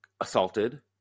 assaulted